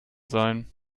sein